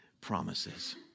promises